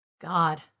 God